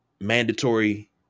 mandatory